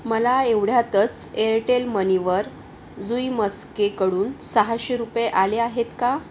मला एवढ्यातच एअरटेल मनीवर जुई म्हस्केकडून सहाशे रुपये आले आहेत का